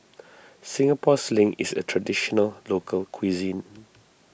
Singapore Sling is a Traditional Local Cuisine